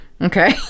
Okay